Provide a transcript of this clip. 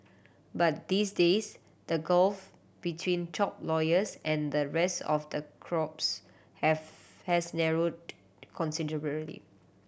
but these days the gulf between top lawyers and the rest of the crops have has narrowed considerably